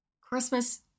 Christmas